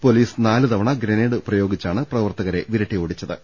police നാലുത വണ grenade പ്രയോഗിച്ചാണ് പ്രവർത്തകരെ വിരട്ടിയോടിച്ചത്